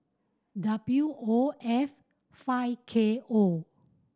W O F five K O